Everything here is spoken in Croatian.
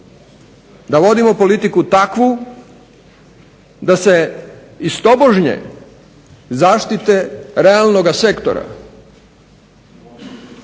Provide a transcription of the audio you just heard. da vodimo politiku takvu da se iz tobožnje zaštite realnoga sektora.